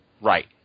Right